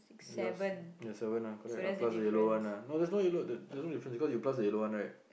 yours there's seven ah correct ah plus the yellow one ah no there's no yellow there there is no difference cause you plus the yellow one right